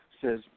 says